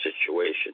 situation